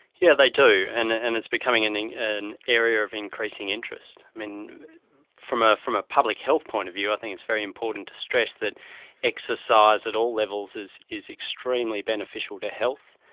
yeah they do, and and it's becoming an and an area of increasing interest. and from ah from a public health point of view i think it's very important to stress that exercise at all levels is is extremely beneficial to health.